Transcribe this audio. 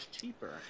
cheaper